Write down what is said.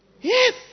Yes